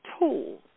tool